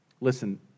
Listen